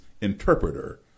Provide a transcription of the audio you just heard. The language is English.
interpreter